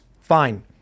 Fine